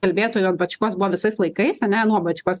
kalbėtojų an bačkos buvo visais laikais ane nuo bačkos